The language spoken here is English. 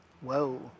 Whoa